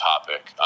topic